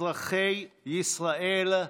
אזרחי ישראל,